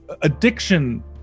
addiction